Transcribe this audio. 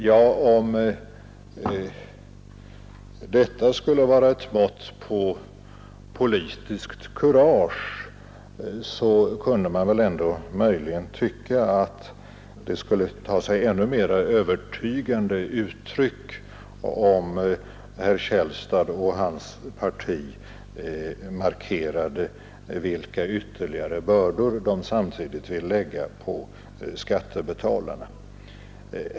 Ja, om detta skulle vara ett mått på politiskt kurage kunde man väl ändå möjligen tycka att det skulle ta sig ännu mer övertygande uttryck om herr Källstad och hans parti markerade vilka ytterligare bördor de samtidigt vill lägga på skattebetalarna.